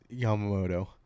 Yamamoto